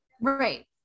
Right